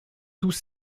tous